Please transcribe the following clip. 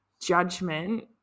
judgment